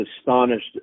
astonished